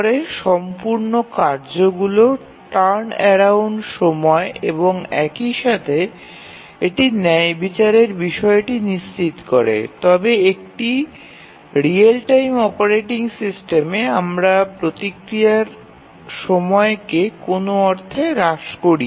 যদি সমস্ত কার্যগুলি টার্নএরাউন্ড সময়ে কিভাবে কাজ করে সেই বিষয়টি নিশ্চিত করে তবে একটি রিয়াল টাইম অপারেটিং সিস্টেমে আমরা প্রতিক্রিয়া সময়কে কোন অর্থে হ্রাস করি না